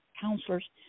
counselors